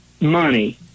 money